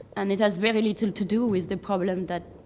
and it has very little to do with the problem that